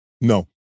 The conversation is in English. no